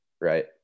right